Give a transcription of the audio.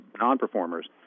non-performers